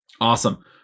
Awesome